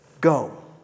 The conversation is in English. Go